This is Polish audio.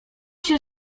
się